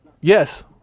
Yes